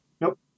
Nope